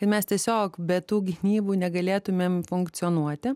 ir mes tiesiog be tų gynybų negalėtumėm funkcionuoti